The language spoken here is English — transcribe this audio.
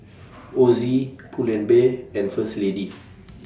Ozi Pull and Bear and First Lady